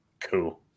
Cool